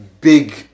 big